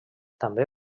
també